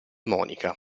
monica